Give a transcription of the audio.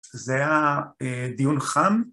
זה הדיון חם.